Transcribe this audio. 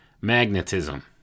magnetism